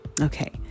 okay